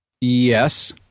Yes